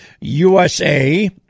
USA